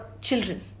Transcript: children